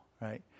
right